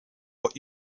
what